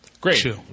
great